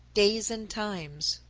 days and times.